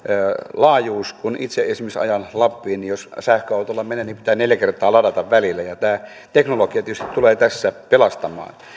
laajuus kun itse ajan esimerkiksi lappiin niin jos sähköautolla menen niin pitää neljä kertaa ladata välillä ja tämä teknologia tietysti tulee tässä pelastamaan